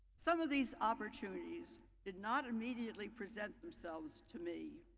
some of these opportunities did not immediately present themselves to me.